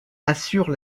assure